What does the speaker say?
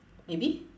maybe